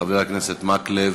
חבר הכנסת מקלב,